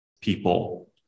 people